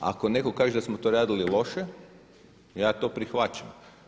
Ako neko kaže da smo to radili loše, ja to prihvaćam.